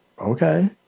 Okay